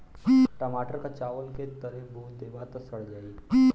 टमाटर क चावल के तरे बो देबा त सड़ जाई